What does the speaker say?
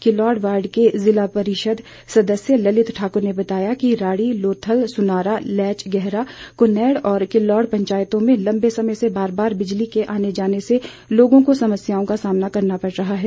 Kilod ward के ज़िला परिषद सदस्य ललित ठाक्र ने बताया कि राड़ी लोथल सुनारा लेच गहरा क्नैड और किलोड पंचायतों में लम्बे समय से बार बार बिजली के आने जाने से लोगों को समस्याओं का सामना करना पड़ रहा है